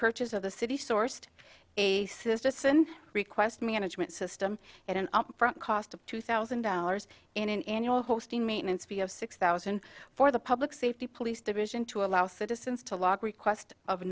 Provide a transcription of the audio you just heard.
purchase of the city sourced a request management system at an upfront cost of two thousand dollars in an annual hosting maintenance fee of six thousand for the public safety police division to allow citizens to log request of